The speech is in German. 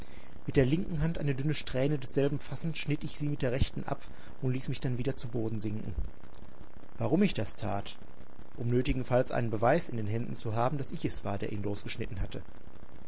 mit der linken hand eine dünne strähne desselben fassend schnitt ich sie mit der rechten ab und ließ mich dann wieder zu boden sinken warum ich das tat um nötigenfalls einen beweis in den händen zu haben daß ich es war der ihn losgeschnitten hatte